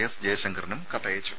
S ജയശങ്കറിനും കത്തയച്ചു